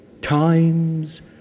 times